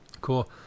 Cool